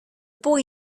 boy